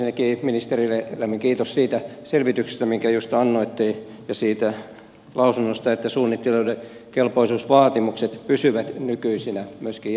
ensinnäkin ministerille lämmin kiitos siitä selvityksestä minkä just annoitte ja siitä lausunnosta että suunnittelijoiden kelpoisuusvaatimukset pysyvät nykyisinä myöskin jatkossa